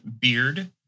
beard